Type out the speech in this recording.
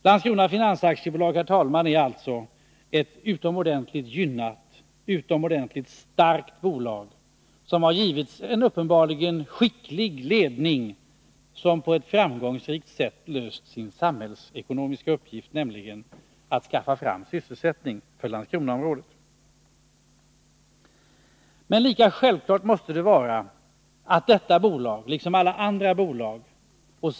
Landskrona Finans AB, herr talman, är således ett utomordentligt gynnat, utomordentligt starkt bolag, som har givits en uppenbarligen skicklig ledning som på ett framgångsrikt sätt löst sin samhällsekonomiska uppgift, nämligen att skaffa fram sysselsättning för Landskronaområdet. Det måste emellertid vara självklart att detta bolag liksom alla andra bolag skall betala ränta för sitt kapital.